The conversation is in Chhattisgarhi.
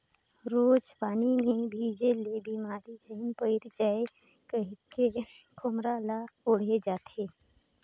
रोज पानी मे भीजे ले बेमार झिन पइर जाए कहिके खोम्हरा ल ओढ़ल जाथे